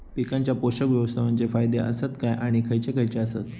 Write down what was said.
पीकांच्या पोषक व्यवस्थापन चे फायदे आसत काय आणि खैयचे खैयचे आसत?